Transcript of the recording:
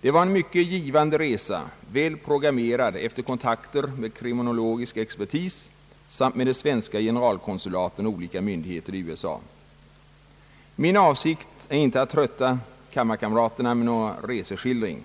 Det var en mycket givande resa, väl programmerad efter kontakter med kriminologisk expertis samt med de svenska generalkonsulaten och olika myndigheter i USA. Min avsikt är inte att trötta kammarkamraterna med någon reseskildring.